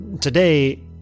today